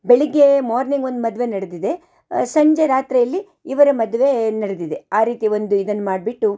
ಬೆಳಿಗ್ಗೆ ಮಾರ್ನಿಂಗ್ ಒಂದು ಮದುವೆ ನಡೆದಿದೆ ಸಂಜೆ ರಾತ್ರಿಯಲ್ಲಿ ಇವರ ಮದುವೆ ನಡೆದಿದೆ ಆ ರೀತಿ ಒಂದು ಇದನ್ನು ಮಾಡಿಬಿಟ್ಟು